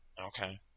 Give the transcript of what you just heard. Okay